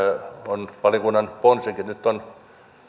on valiokunnan ponsikin nyt